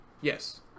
yes